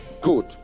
good